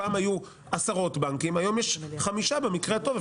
פעם היו עשרות בנקים, היום יש חמישה במקרה הטוב.